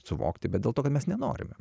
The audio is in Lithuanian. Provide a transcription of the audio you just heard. suvokti bet dėl to kad mes nenorime